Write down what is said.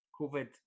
Covid